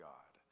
God